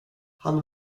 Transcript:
han